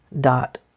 dot